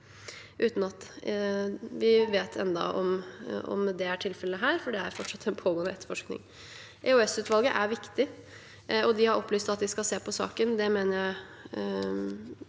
vet om det er tilfellet her, for det er fortsatt en pågående etterforskning. EOS-utvalget er viktig, og de har opplyst at de skal se på saken,